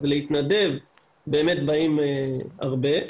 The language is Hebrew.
אז להתנדב באמת באים הרבה.